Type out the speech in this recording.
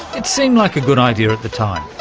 it seemed like a good idea at the time.